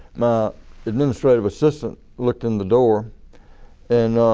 my administrative assistant looked in the door and